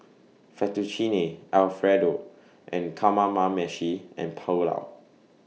Fettuccine Alfredo and Kamameshi and Pulao